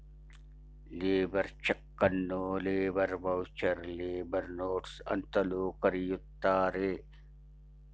labour ಚಕನ್ನು labour voucher, labour notes ಅಂತಲೂ ಕರೆಯುತ್ತಾರೆ